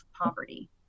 poverty